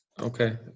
Okay